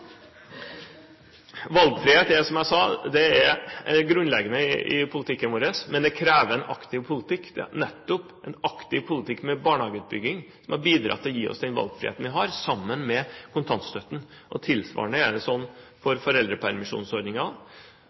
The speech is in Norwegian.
Valgfrihet er, som jeg sa, grunnleggende i politikken vår, men det krever en aktiv politikk. Det er nettopp en aktiv politikk med barnehageutbygging som har bidratt til å gi oss den valgfriheten vi har, sammen med kontantstøtten. Tilsvarende er det for